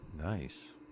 Nice